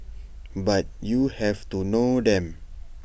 but you have to know them